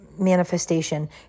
manifestation